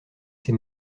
ses